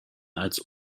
als